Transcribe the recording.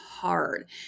hard